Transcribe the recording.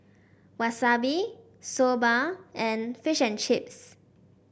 Wasabi Soba and Fish and Chips